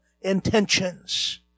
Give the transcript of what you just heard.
intentions